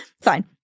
fine